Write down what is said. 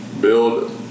Build